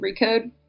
Recode